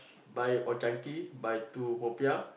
buy Old Chang Kee buy two popiah